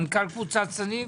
מנכ"ל קבוצת שניב.